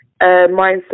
mindset